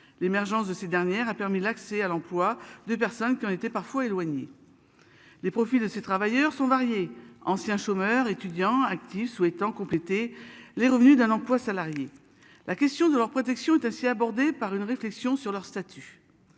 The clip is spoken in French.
L'émergence de ces dernières a permis l'accès à l'emploi des personnes qui ont été parfois éloignées. Les profits de ces travailleurs sont variés anciens chômeurs, étudiants, actifs, souhaitant compléter les revenus d'un emploi salarié. La question de leur protection est aussi abordée par une réflexion sur leur statut.